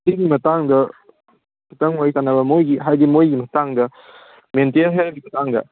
ꯁꯤꯒꯤ ꯃꯇꯥꯡꯗ ꯈꯤꯇꯪ ꯋꯥꯔꯤ ꯇꯥꯟꯅꯕ ꯃꯣꯏꯒꯤ ꯍꯥꯏꯗꯤ ꯃꯣꯏꯒꯤ ꯃꯇꯥꯡꯗ ꯃꯦꯟꯇꯦꯟ ꯍꯦꯜꯠꯀꯤ ꯃꯇꯥꯡꯗ